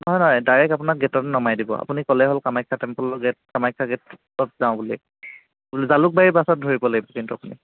নহয় নহয় ডাইৰেক আপোনাক গেটত নমাই দিব আপুনি ক'লে হ'ল কামাখ্যা টেম্পুলৰ গেট কামাখ্যা গেটত যাওঁ বুলি জালুকবাৰী বাছত ধৰিব লাগিব কিন্তু আপুনি